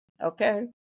okay